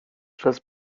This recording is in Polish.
przez